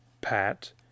Pat